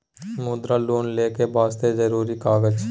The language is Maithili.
मुद्रा लोन लेके वास्ते जरुरी कागज?